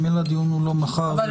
ממילא הדיון הוא לא מחר אלא שבוע הבא.